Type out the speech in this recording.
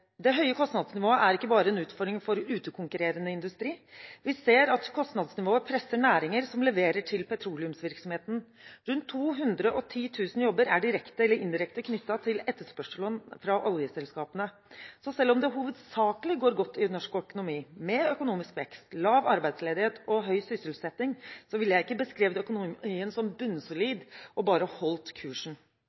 Det høye kostnadsnivået er ikke bare en utfordring for utekonkurrerende industri, vi ser at kostnadsnivået presser næringer som leverer til petroleumsvirksomheten. Rundt 210 000 jobber er direkte eller indirekte knyttet til etterspørselen fra oljeselskapene, så selv om det hovedsakelig går godt i norsk økonomi, med økonomisk vekst, lav arbeidsledighet og høy sysselsetting, ville jeg ikke beskrevet økonomien som bunnsolid og bare holdt kursen.